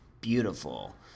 beautiful